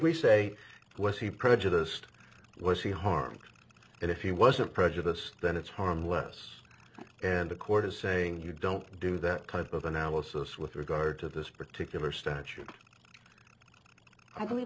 we say what he prejudiced what's the harm if he wasn't prejudiced then it's harm less and the court is saying you don't do that kind of analysis with regard to this particular statute i believe